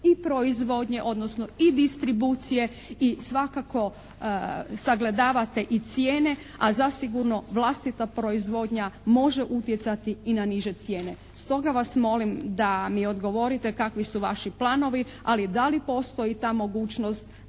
i proizvodnje, odnosno i distribucije i svakako sagledavate i cijene, a zasigurno vlastita proizvodnja može utjecati i na niže cijene. Stoga vas molim da mi odgovorite kakvi su vaši planovi, ali da li postoji ta mogućnost